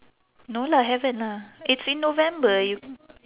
no lah haven't ah it's in november you